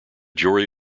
jury